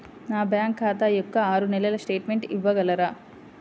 నా బ్యాంకు ఖాతా యొక్క ఆరు నెలల స్టేట్మెంట్ ఇవ్వగలరా?